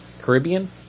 Caribbean